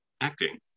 Acting